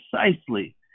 precisely